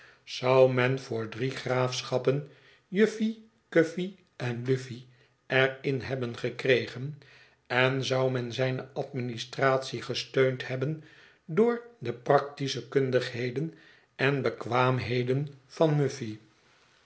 zou men voor drie graafschappen juffy k uffy en luffy er in hebben gekregen en zou men zijne administratie gesteund hebben door de practische kundigheden en bekwaamheden van muffy